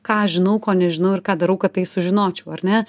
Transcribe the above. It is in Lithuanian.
ką aš žinau ko nežinau ir ką darau kad tai sužinočiau ar ne